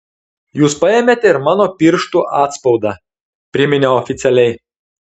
jūs paėmėte ir mano pirštų atspaudą priminiau oficialiai